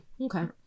Okay